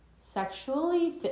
sexually